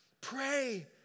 Pray